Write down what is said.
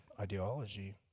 ideology